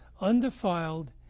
undefiled